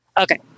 Okay